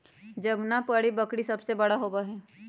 जमुनापारी बकरी सबसे बड़ा होबा हई